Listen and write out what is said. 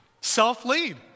self-lead